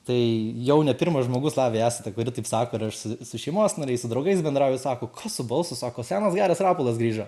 tai jau ne pirmas žmogus lavija esate kuri taip sako ir aš su su šeimos nariais su draugais bendrauju sako su balsu sako senas geras rapolas grįžo